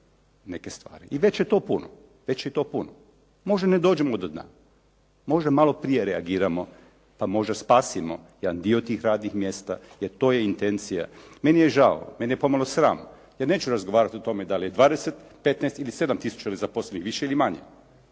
je to puno, već je to puno. Možda ne dođemo do dna, možda malo prije reagiramo, pa možda spasimo jedan dio tih radnih mjesta, jer to je intencija. Meni je žao, mene je pomalo sram, ja neću razgovarati o tome da li je 20, 15 ili 7 tisuća nezaposlenih više ili manje.